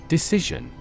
Decision